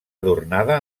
adornada